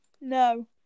No